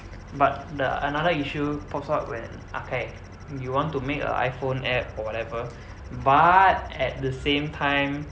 but the another issue pops up when okay you want to make a iphone app or whatever but at the same time